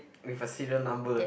with a serial number